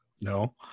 No